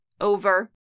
Over